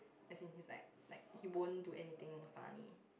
as in he's like like he won't do anything funny